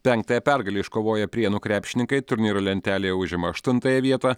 penktąją pergalę iškovoję prienų krepšininkai turnyro lentelėje užima aštuntąją vietą